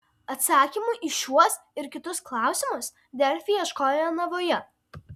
atsakymų į šiuos ir kitus klausimus delfi ieškojo jonavoje